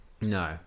No